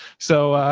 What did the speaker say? so, ah,